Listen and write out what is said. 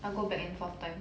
I'll go back and forth time